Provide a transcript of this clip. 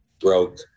broke